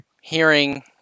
hearing